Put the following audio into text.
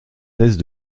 thèses